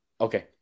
Okay